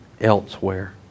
elsewhere